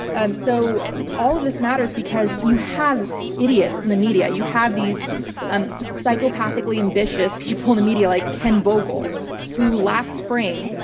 um so all of this matters because you have idiots in the media. you have these um psychopathically ambitious people in the media like ken vogel who, last spring,